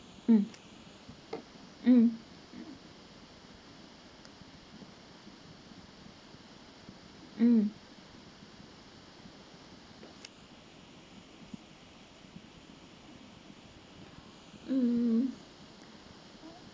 mm mm mm mm